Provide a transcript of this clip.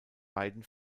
beiden